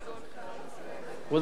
כבוד השר לשעבר גאלב מג'אדלה,